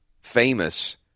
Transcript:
famous